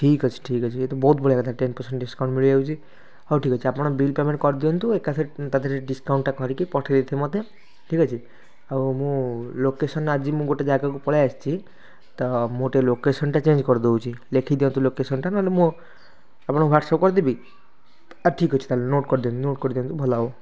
ଠିକ୍ ଅଛି ଠିକ୍ ଅଛି ଇଏ ତ ବହୁତ ବଢ଼ିଆ କଥା ଟେନ୍ ପରସେଣ୍ଟ୍ ଡିସକାଉଣ୍ଟ୍ ମିଳିଯାଉଛି ହଉ ଠିକ୍ ଅଛି ଆପଣ ବିଲ୍ ପେମେଣ୍ଟ୍ କରିଦିଅନ୍ତୁ ଏକାଥରେ ତା ଦେହରେ ଡିସକାଉଣ୍ଟ୍ଟା କରିକି ପଠେଇ ଦେଇଥିବେ ମୋତେ ଠିକ୍ ଅଛି ଆଉ ମୁଁ ଲୋକେସନ୍ ଆଜି ମୁଁ ଗୋଟେ ଯାଗାକୁ ପଳେଇ ଆସିଛି ତ ମୁଁ ଟିକେ ଲୋକେସନ୍ଟା ଚେଞ୍ଜ୍ କରିଦେଉଛି ଲେଖି ଦିଅନ୍ତୁ ଲୋକେସନ୍ଟା ନ ହେଲେ ମୁଁ ଆପଣଙ୍କୁ ହ୍ୱାଟ୍ସଅପ୍ କରିଦେବି ଆ ଠିକ୍ ଅଛି ତାହାହାଲେ ନୋଟ୍ କରି ଦିଅନ୍ତୁ ନୋଟ୍ କରି ଦିଅନ୍ତୁ ଭଲ ହେବ